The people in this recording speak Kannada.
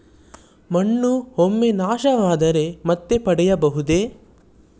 ಮಣ್ಣು ಒಮ್ಮೆ ನಾಶವಾದರೆ ಮತ್ತೆ ಪಡೆಯಬಹುದೇ?